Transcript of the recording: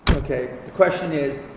okay, the question is,